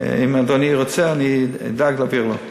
אם אדוני רוצה אני אדאג להעביר לו.